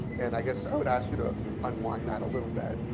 and i guess i would ask you to unwind that a little bit.